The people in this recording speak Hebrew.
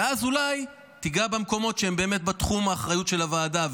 ואז אולי תיגע במקומות שהם באמת בתחום האחריות של הוועדה,